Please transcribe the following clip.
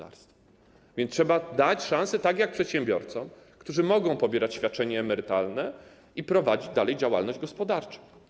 A więc trzeba dać im szansę, tak jak przedsiębiorcom, którzy mogą pobierać świadczenie emerytalne i prowadzić dalej działalność gospodarczą.